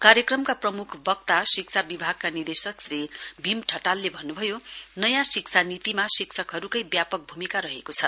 कार्यक्रमका प्रमुख वक्ता शिक्षा विभागका निदेशक श्री भीम ठटालले भन्नुभयो नयाँ शिक्षा नीतिमा शिक्षकहरूकै ब्यापक भूमिका रहेको छ